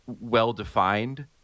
well-defined